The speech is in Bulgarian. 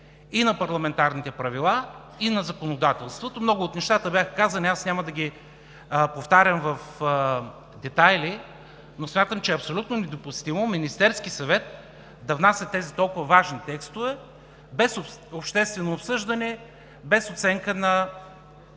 и на парламентарните правила, и на законодателството. Много от нещата бяха казани, аз няма да ги повтарям в детайли, но смятам, че е абсолютно недопустимо Министерският съвет да внася тези толкова важни текстове без обществено обсъждане, без оценка на